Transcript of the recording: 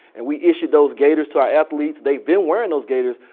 and we issued those gaiters to our athletes they've been wearing those gaiters.